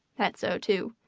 that's so, too.